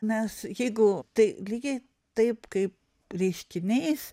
nes jeigu tai lygiai taip kaip reiškiniais